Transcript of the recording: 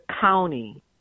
county